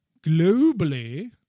globally